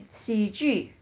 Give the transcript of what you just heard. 喜剧